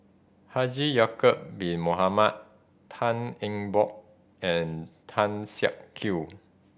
Haji Ya'acob Bin Mohamed Tan Eng Bock and Tan Siak Kew